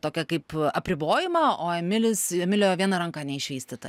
tokią kaip apribojimą o emilis emilio viena ranka neišvystyta